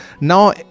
Now